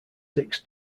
six